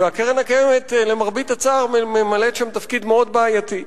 והקרן הקיימת למרבה הצער ממלאת שם תפקיד מאוד בעייתי.